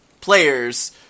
players